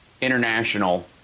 international